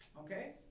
Okay